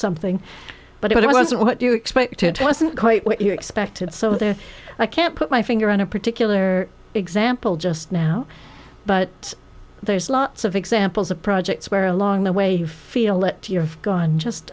something but it wasn't what you expected it wasn't quite what you expected so there i can't put my finger on a particular example just now but there's lots of examples of projects where along the way you feel that you're going just